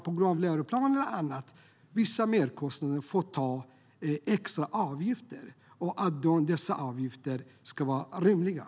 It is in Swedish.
På grund av läroplanen eller annat kan det uppstå vissa merkostnader som gör att man får ta ut avgifter. Dessa avgifter ska vara rimliga.